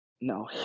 No